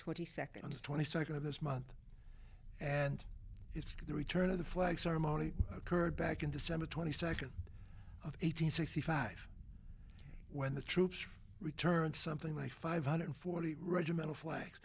twenty second on the twenty second of this month and it's the return of the flags armani occurred back in december twenty second of eight hundred sixty five when the troops return something like five hundred forty regimental flags